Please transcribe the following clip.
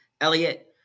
elliot